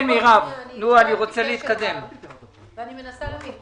מנסה להבין.